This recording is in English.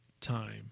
time